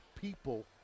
people